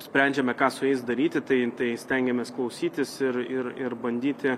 sprendžiame ką su jais daryti tai tai stengiamės klausytis ir ir ir bandyti